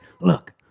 Look